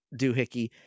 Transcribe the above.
doohickey